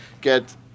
get